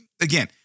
again